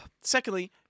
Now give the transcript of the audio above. secondly